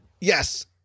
yes